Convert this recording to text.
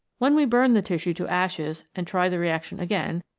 when we burn the tissue to ashes and try the reaction again,